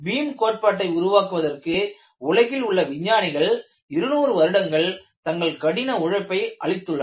beam கோட்பாட்டை உருவாக்குவதற்கு உலகில் உள்ள விஞ்ஞானிகள் 200 வருடங்கள் தங்கள் கடின உழைப்பை அளித்துள்ளனர்